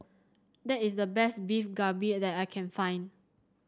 that is the best Beef Galbi that I can find